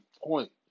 point